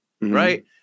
right